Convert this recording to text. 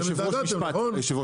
והבנקים התנגדו לצמצום